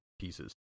pieces